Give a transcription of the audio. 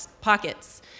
pockets